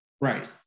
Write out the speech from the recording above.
right